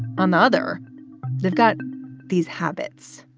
another, they've got these habits